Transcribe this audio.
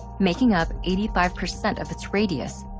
making up eighty five percent of its radius,